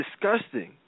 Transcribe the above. disgusting